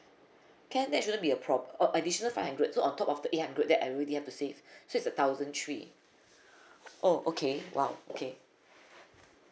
can that shouldn't be a prob~ oh additional five hundred so on top of the eight hundred that I already have to save so it's a thousand three oh okay !wow! okay